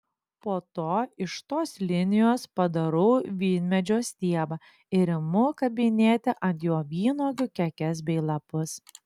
po to iš tos linijos padarau vynmedžio stiebą ir imu kabinėti ant jo vynuogių kekes bei lapus